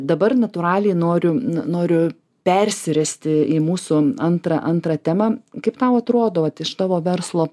dabar natūraliai noriu noriu persiristi į mūsų antrą antrą temą kaip tau atrodo vat iš tavo verslo